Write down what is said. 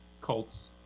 Colts